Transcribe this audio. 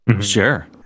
Sure